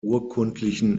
urkundlichen